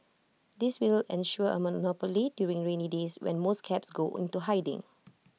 this will ensure A monopoly during rainy days when most cabs go into hiding